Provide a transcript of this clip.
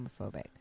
homophobic